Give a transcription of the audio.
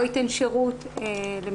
לא ייתן שירות בלי